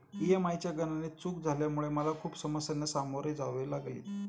EMI गणनेत चूक झाल्यामुळे मला खूप समस्यांना सामोरे जावे लागले